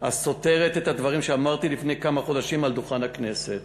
הסותרת את הדברים שאמרתי לפני כמה חודשים מעל דוכן הכנסת.